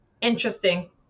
Interesting